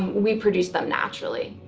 we produce them naturally,